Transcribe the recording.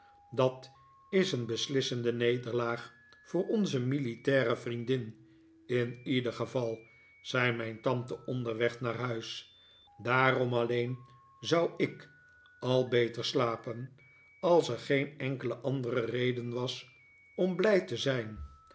dat is een beslissende nederlaag voor onze militaire vriendin in ieder geval zei mijn tante onderweg naar huis daarom alleen zou ik al beter slapen als er geen enkele andere reden was om blij te zijn